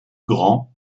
grands